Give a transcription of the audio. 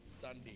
Sunday